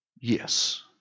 yes